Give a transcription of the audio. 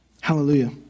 Hallelujah